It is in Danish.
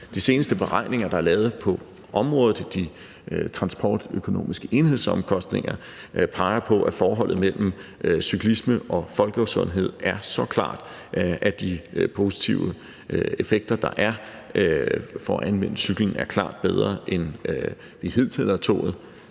De seneste beregninger, der er lavet på området, de transportøkonomiske enhedsomkostninger, peger på, at forholdet mellem cyklisme og folkesundhed er så klart, at de positive effekter, der er for at anvende cyklen, er klart bedre, end vi hidtil har troet.